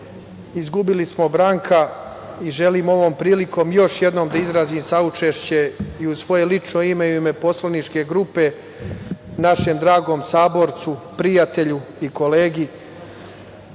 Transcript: Izgubili smo Branka i želim ovom prilikom još jednom da izrazim saučešće i u svoje lično ime i u ime poslaničke grupe, našem dragom saborcu, prijatelju i kolegi,